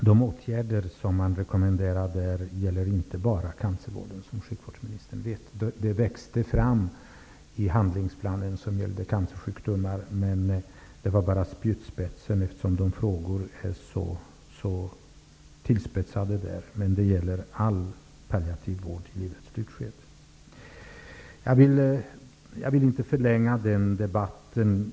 De åtgärder som rekommenderas gäller inte bara cancervården, som sjukvårdsministern vet. Rekommendationerna växte fram i den handlingsplan som gällde cancersjukdomar, men de omfattar mer än så. De gäller all palliativ vård i livets slutskede. Jag vill inte förlänga debatten.